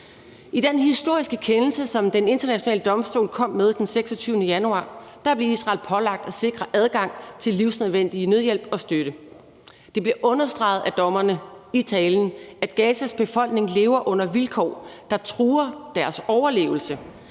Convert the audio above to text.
I den historiske kendelse, som Den Internationale Domstol kom med den 26. januar, blev Israel pålagt at sikre adgang til livsnødvendig nødhjælp og støtte. Det blev understreget af dommerne i talen, at Gazas befolkning lever under vilkår, der truer deres overlevelse,